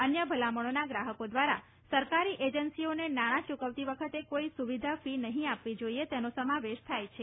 અન્ય ભલામણોમાં ગ્રાહકો દ્વારા સરકારી એજન્સીઓને નાણાં ચૂકવતી વખતે કોઇ સુવિધા ફી નહિ આપવી જોઇએ તેનો સમાવેશ થાય છે